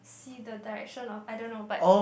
see the direction of I don't know but